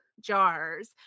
jars